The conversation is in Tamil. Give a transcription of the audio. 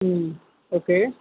ம் ஓகே